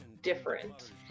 different